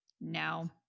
No